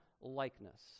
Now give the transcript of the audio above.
likeness